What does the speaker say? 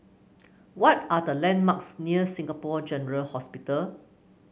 what are the landmarks near Singapore General Hospital